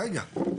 רגע.